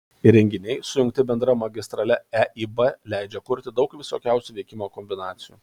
įrenginiai sujungti bendra magistrale eib leidžia kurti daug visokiausių veikimo kombinacijų